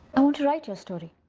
i want to write your story.